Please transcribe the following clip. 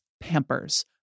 Pampers